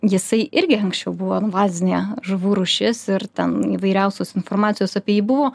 jisai irgi anksčiau buvo invazinė žuvų rūšis ir ten įvairiausios informacijos apie jį buvo